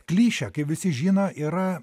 klišė kai visi žino yra